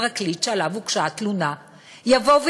הפרקליט שעליו הוגשה התלונה יגיד: